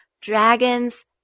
dragons